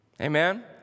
Amen